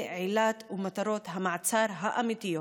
עילת המעצר ומטרות המעצר האמיתיות.